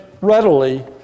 readily